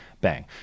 bang